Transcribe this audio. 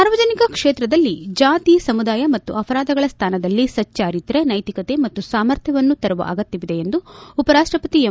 ಸಾರ್ವಜನಿಕ ಕ್ಷೇತ್ರದಲ್ಲಿ ಜಾತಿ ಸಮುದಾಯ ಮತ್ತು ಅಪರಾಧಗಳ ಸ್ಥಾನದಲ್ಲಿ ಸಚ್ಚಾರಿತ್ರ್ಯ ನೈತಿಕತೆ ಮತ್ತು ಸಾಮರ್ಥ್ಯವನ್ನು ತರುವ ಅಗತ್ವವಿದೆ ಎಂದು ಉಪರಾಷ್ಟಪತಿ ಎಂ